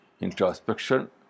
introspection